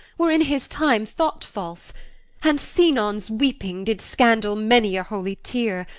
were, in his time, thought false and sinon's weeping did scandal many a holy tear,